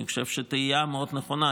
אני חושב שזו תהייה מאוד נכונה,